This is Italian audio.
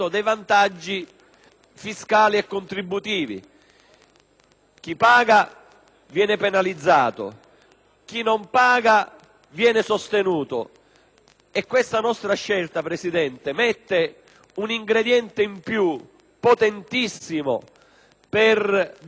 chi paga viene penalizzato, chi non paga viene sostenuto. Questa nostra scelta, signor Presidente, aggiunge un ingrediente potentissimo per disarticolare non più semplicemente